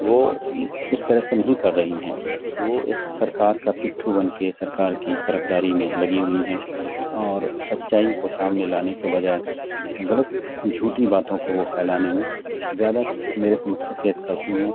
وہ اس طرح سے نہیں کر رہی ہیں وہ ایک سرکار کا پٹھو بن کے سرکار کی طرفداری میں لگی ہوئی ہیں اور سچائی کو سامنے لانے کے بجائے غلط جھوٹی باتوں کو وہ پھیلانے میں زیادہ میرے سمجھ سے فید کرتی ہیں